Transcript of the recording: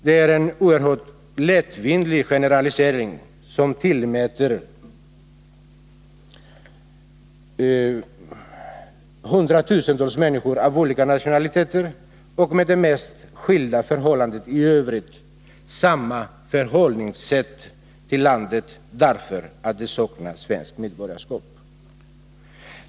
Det är en oerhört lättvindig generalisering, som innebär att man tillmäter hundratusentals människor av olika nationaliteter och med de mest skilda förhållanden i övrigt samma förhållningssätt till landet, därför att de saknar svenskt medborgarskap.